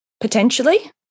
potentially